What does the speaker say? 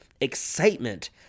excitement